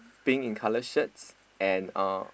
pink in color shirt and a